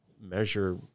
measure